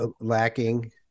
lacking